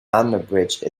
unabridged